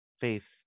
Faith